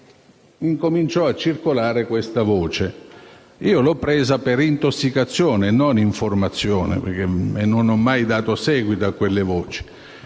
Renzi, incominciò a circolare questa voce. Io l'ho presa per "intossicazione" e non come informazione perché non ho mai dato seguito a quelle voci,